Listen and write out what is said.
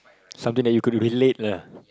something that you could relate lah